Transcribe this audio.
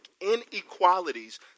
inequalities